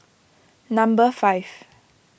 number five